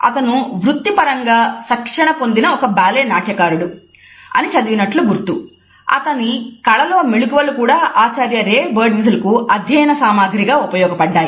అతని కళలో మెళకువలు కూడా ఆచార్య రే బర్డ్విస్టల్ కు అధ్యయన సామాగ్రిగా ఉపయోగపడ్డాయి